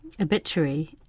obituary